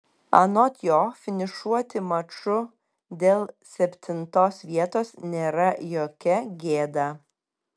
anot jo finišuoti maču dėl septintos vietos nėra jokia gėda